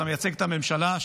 אתה מייצג את הממשלה,